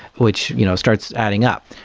which you know starts adding up.